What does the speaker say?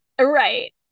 Right